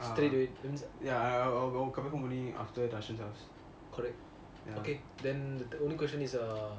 I I I will be coming home only after russian's house